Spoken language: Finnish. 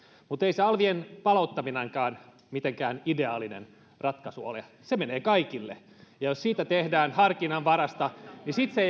mutta ei se alvien palauttaminenkaan mitenkään ideaalinen ratkaisu ole se menee kaikille ja jos siitä tehdään harkinnanvaraista niin sitten se